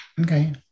Okay